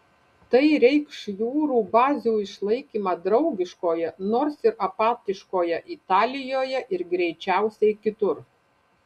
tai reikš jūrų bazių išlaikymą draugiškoje nors ir apatiškoje italijoje ir greičiausiai kitur